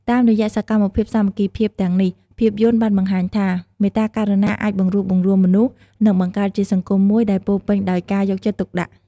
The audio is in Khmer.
តាមរយៈសកម្មភាពសាមគ្គីភាពទាំងនេះ ភាពយន្តបានបង្ហាញថា មេត្តាករុណាអាចបង្រួបបង្រួមមនុស្ស និងបង្កើតជាសង្គមមួយដែលពោរពេញដោយការយកចិត្តទុកដាក់។